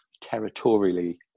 territorially